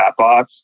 chatbots